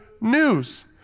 news